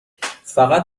فقط